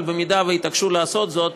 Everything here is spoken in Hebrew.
אבל אם יתעקשו לעשות זאת,